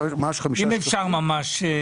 אני אדלג על חלק ממנה.